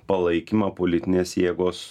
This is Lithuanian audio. palaikymą politinės jėgos